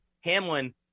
Hamlin